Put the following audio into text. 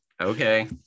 Okay